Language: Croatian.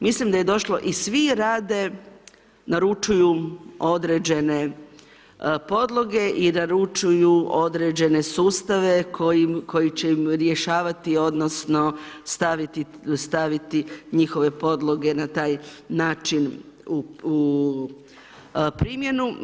Mislim da je došlo i svi rade, naručuju određene podloge i naručuju određene sustave koji će im rješavati, odnosno staviti njihove podloge na taj način u primjenu.